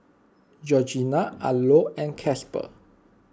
Georgina Arlo and Casper